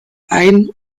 ein